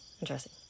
Interesting